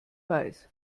weiß